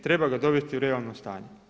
Treba ga dovesti u realno stanje.